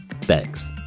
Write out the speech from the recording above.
Thanks